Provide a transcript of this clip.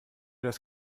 das